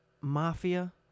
mafia